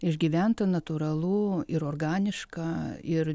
išgyventa natūralu ir organiška ir